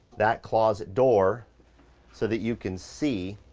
that closet door so that you can see